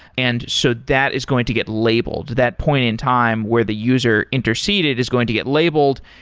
and so that is going to get labeled. that point in time where the user interceded is going to get labeled,